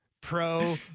pro